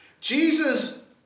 Jesus